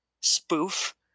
Spoof